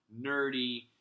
nerdy